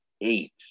eight